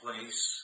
place